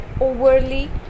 overly